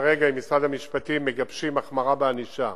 וכרגע עם משרד המשפטים מגבשים החמרה בענישה.